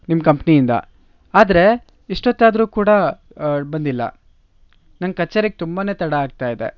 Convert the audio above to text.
ನಿಮ್ಮ ಕಂಪ್ನಿಯಿಂದ ಆದರೆ ಇಷ್ಟೊತ್ತಾದರೂ ಕೂಡ ಬಂದಿಲ್ಲ ನಂಗೆ ಕಚೇರಿಗೆ ತುಂಬಾ ತಡ ಆಗ್ತಾ ಇದೆ